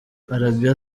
arabie